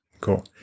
cool